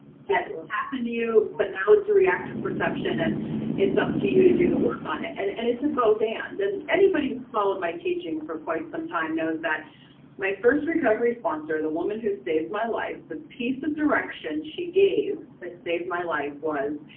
ah happened to you, but now it's a reactive perception and it's up to you to do the work on it. and and it's a both and, and anybody who's followed my teaching for quite some time knows that my first recovery sponsor, the woman who saved my life, the piece of direction she gave that saved my life was,